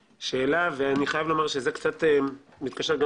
שאלה ואני חייב לומר שזה מתקשר קצת גם